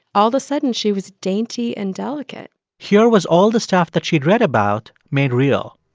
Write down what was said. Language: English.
all the sudden, she was dainty and delicate here was all the stuff that she'd read about made real.